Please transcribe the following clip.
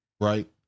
right